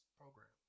program